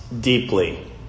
deeply